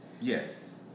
Yes